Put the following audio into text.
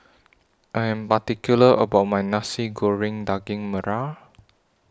I Am particular about My Nasi Goreng Daging Merah